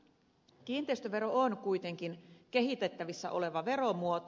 kiinteistövero on kuitenkin kehitettävissä oleva veromuoto